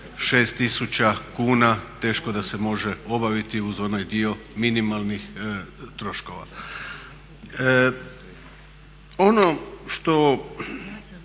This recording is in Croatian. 6000 kn teško da se može obaviti uz onaj dio minimalnih troškova. Ono što